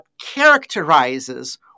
characterizes